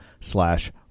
Slash